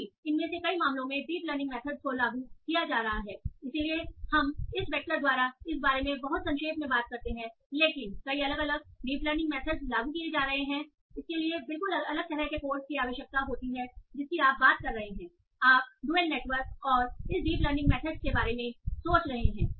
अभी इनमें से कई मामलों में डीप लर्निंग मेथडस को लागू किया जा रहा हैइसलिए हम शब्द वैक्टर द्वारा इस बारे में बहुत संक्षेप में बात करते हैं लेकिन कई अलग अलग डीप लर्निंग मेथडस लागू किए जा रहे हैं लेकिन इसके लिए बिल्कुल अलग तरह के कोर्स की आवश्यकता होती है जिसकी आप बात कर रहे हैं आप डुएल नेटवर्क और इस डीप लर्निंग मेथडस के बारे में सोच रहे हैं